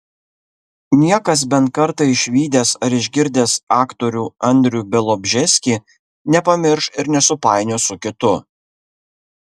niekas bent kartą išvydęs ar išgirdęs aktorių andrių bialobžeskį nepamirš ir nesupainios su kitu